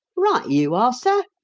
right you are, sir,